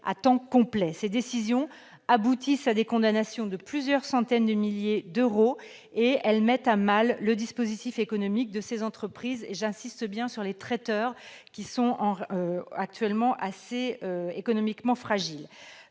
à temps complet. Ces décisions, aboutissant à des condamnations de plusieurs centaines de milliers d'euros, mettent à mal le dispositif économique de ces entreprises, et j'insiste sur le cas des traiteurs, qui sont, à l'heure actuelle, économiquement fragiles.